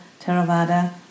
Theravada